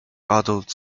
adult